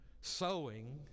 sowing